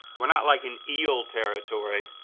we're not like in eel territory,